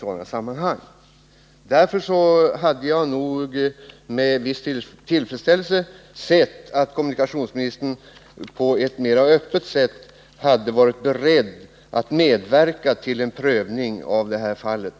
Jag hade därför hälsat med tillfredsställelse om kommunikationsministern hade visat sig beredd att på ett öppnare sätt medverka till en prövning av detta fall,